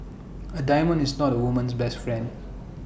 A diamond is not A woman's best friend